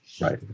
Right